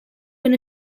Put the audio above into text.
been